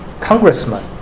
congressman